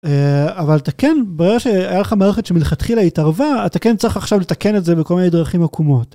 אבל תקן ברירה שהיה לך מערכת שמתחילה התערבה אתה כן צריך עכשיו לתקן את זה בכל מיני דרכים עקומות.